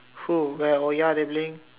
who where oh ya they playing